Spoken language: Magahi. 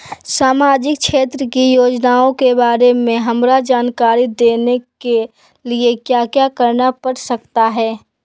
सामाजिक क्षेत्र की योजनाओं के बारे में हमरा जानकारी देने के लिए क्या क्या करना पड़ सकता है?